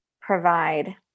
provide